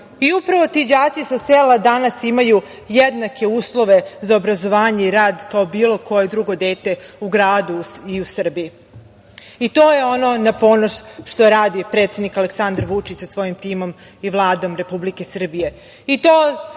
ti đaci sa sela danas imaju jednake uslove za obrazovanje i rad kao bilo koje drugo dete u gradu u Srbiji. To je ono na ponos što radi predsednik Aleksandar Vučić sa svojim timom i Vladom Republike Srbije.